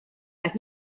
qed